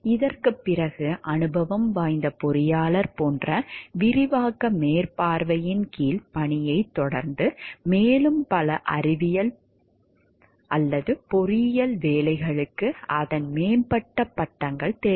இதற்குப் பிறகு அனுபவம் வாய்ந்த பொறியாளர் போன்ற விரிவாக்க மேற்பார்வையின் கீழ் பணியைத் தொடர்ந்து மேலும் பல பொறியியல் வேலைகளுக்கு அதன் மேம்பட்ட பட்டங்கள் தேவை